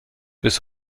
bis